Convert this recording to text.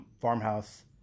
farmhouse